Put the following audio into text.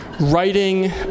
writing